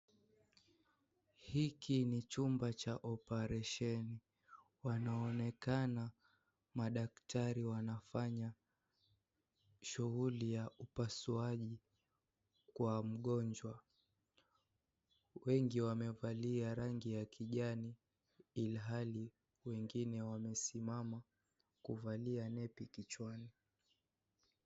Hiki ni jumba cha oparesheni, panaonekana madaktari wanafanya shughuli wa upasiaji kwa mgonjwa. Wengi wamevalia rangi ya kijani ilhali wengine wamesimama kuvalia nepi kichwani.